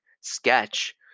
Sketch